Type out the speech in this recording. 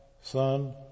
Son